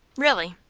really?